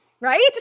Right